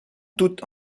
toutes